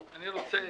אני רוצה לפתוח,